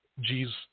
Jesus